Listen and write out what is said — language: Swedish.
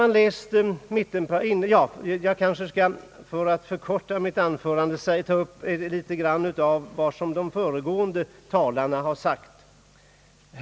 Jag skall kanske för att förkorta mitt anförande ta upp litet av vad de föregående talarna sagt.